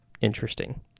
Interesting